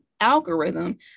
algorithm